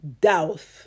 doubt